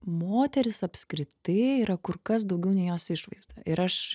moteris apskritai yra kur kas daugiau nei jos išvaizda ir aš